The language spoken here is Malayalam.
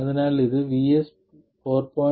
അതിനാൽ ഇത് VS 4